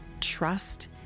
trust